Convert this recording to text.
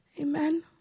Amen